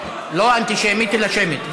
לא אנטישמית אלא שמית.